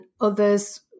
others